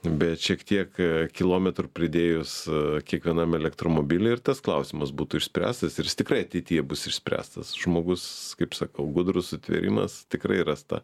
bet šiek tiek kilometrų pridėjus kiekvienam elektromobily ir tas klausimas būtų išspręstas ir jis tikrai ateityje bus išspręstas žmogus kaip sakau gudrus sutvėrimas tikrai ras tą